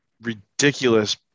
ridiculous